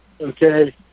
Okay